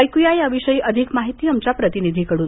ऐकूया या विषयी अधिक माहिती आमच्या प्रतिनिधीकडून